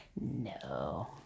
No